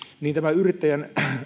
niin tämä yrittäjän